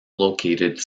located